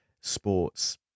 sports